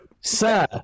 Sir